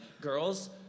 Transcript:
girls